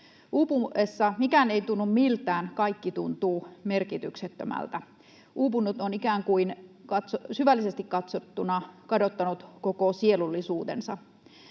Uupuessa mikään ei tunnu miltään, kaikki tuntuu merkityksettömältä. Uupunut on ikään kuin syvällisesti katsottuna kadottanut koko sielullisuutensa.